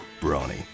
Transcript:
brawny